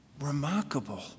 remarkable